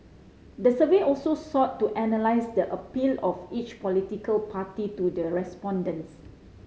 the survey also sought to analyse the appeal of each political party to the respondents